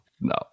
No